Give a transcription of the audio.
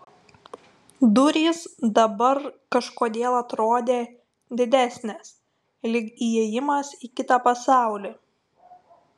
durys dabar kažkodėl atrodė didesnės lyg įėjimas į kitą pasaulį